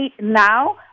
now